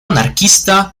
anarquista